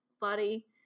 buddy